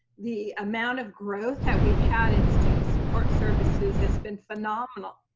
the amount of growth that we've had in student support services has been phenomenal.